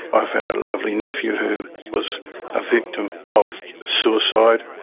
i've had a lovely nephew who was a victim of suicide,